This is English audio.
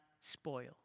spoil